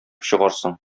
чыгарсың